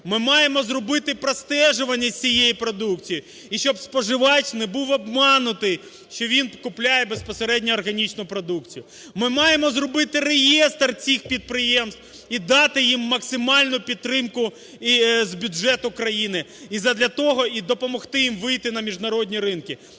Ми маємо зробити простежування з цієї продукції, і щоб споживач не був обманутий, що він купляє безпосередньо органічну продукцію. Ми маємо зробити реєстр цих підприємств і дати їм максимальну підтримку з бюджету країни, і задля того і допомогти їм вийти на міжнародні ринки.